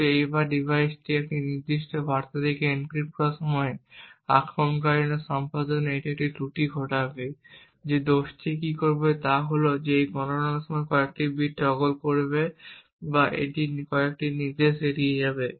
কিন্তু এইবার ডিভাইসটি সেই নির্দিষ্ট বার্তাটিকে এনক্রিপ্ট করার সময় আক্রমণকারীটি সম্পাদনে একটি ত্রুটি ঘটাবে যে দোষটি কী করবে তা হল যে এটি গণনার সময় কয়েকটি বিট টগল করবে বা এটি কয়েকটি নির্দেশ এড়িয়ে যাবে